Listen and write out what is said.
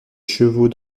chevaux